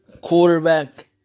quarterback